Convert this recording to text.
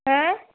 हो